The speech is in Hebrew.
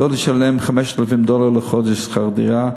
ואנשים לא ישלמו 5,000 דולר לחודש שכר דירה.